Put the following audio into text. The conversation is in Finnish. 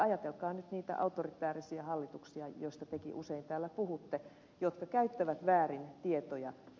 ajatelkaa nyt niitä autoritäärisiä hallituksia joista tekin usein täällä puhutte ja jotka käyttävät väärin tietoja